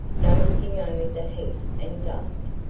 noticing only the heat and dust,